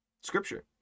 Scripture